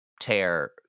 tear